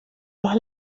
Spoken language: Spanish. más